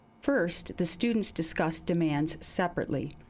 first, the students discussed demands separately,